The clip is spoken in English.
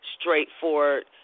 straightforward